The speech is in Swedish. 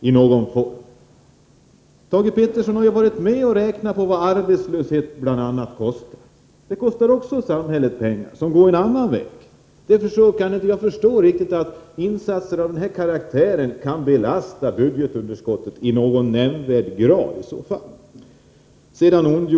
Thage Peterson har ju varit med om att räkna på vad bl.a. arbetslöshet kostar samhället, på andra vägar. Jag kan inte förstå att insatser av det aktuella slaget i någon nämnvärd grad kan öka budgetunderskottet.